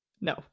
No